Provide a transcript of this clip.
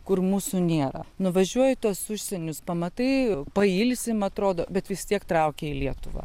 kur mūsų nėra nuvažiuoji į tuos užsienius pamatai pailsim atrodo bet vis tiek traukia į lietuvą